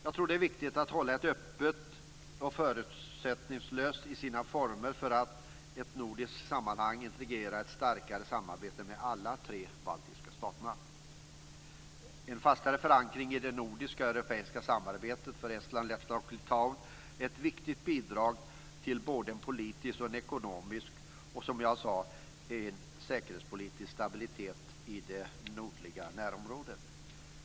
Jag tror att det är viktigt att hålla formerna öppna och förutsättningslösa för att i ett nordiskt sammanhang integrera ett starkare samarbete med alla de tre baltiska staterna. En fastare förankring i det nordiska och europeiska samarbetet för Estland, Lettland och Litauen är ett viktigt bidrag till en politisk, ekonomisk och, som jag sade, säkerhetspolitisk stabilitet i det nordliga närområdet.